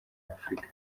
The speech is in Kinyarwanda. afurika